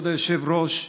כבוד היושב-ראש,